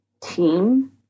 team